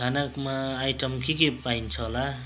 खानामा आइटम के के पाइन्छ होला